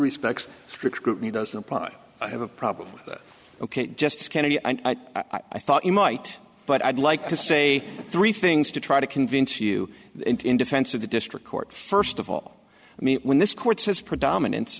respects strict scrutiny doesn't apply i have a problem ok just kennedy and i thought you might but i'd like to say three things to try to convince you in defense of the district court first of all i mean when this court says predominan